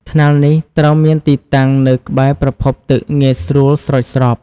ថ្នាលនេះត្រូវមានទីតាំងនៅក្បែរប្រភពទឹកងាយស្រួលស្រោចស្រព។